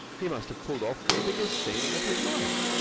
he must have pulled off the biggest thing of his life.